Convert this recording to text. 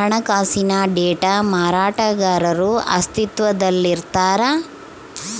ಹಣಕಾಸಿನ ಡೇಟಾ ಮಾರಾಟಗಾರರು ಅಸ್ತಿತ್ವದಲ್ಲಿರ್ತಾರ